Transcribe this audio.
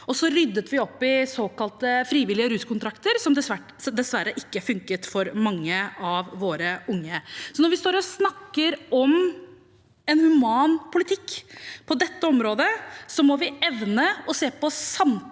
Vi ryddet også opp i såkalte frivillige ruskontrakter, som dessverre ikke funket for mange av våre unge. Når vi står og snakker om en human politikk på dette området, må vi evne å se på samtlige